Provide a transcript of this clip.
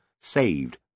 Saved